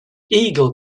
eagle